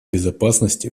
безопасности